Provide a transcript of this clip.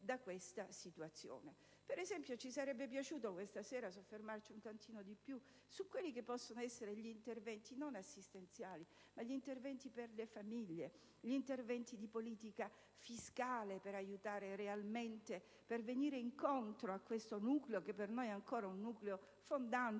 Per esempio, ci sarebbe piaciuto questa sera soffermarci di più su quelli che possono essere gli interventi, non assistenziali, ma gli interventi per le famiglie, gli interventi di politica fiscale per aiutare realmente, questo nucleo, che per noi è ancora un nucleo fondante